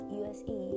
usa